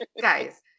guys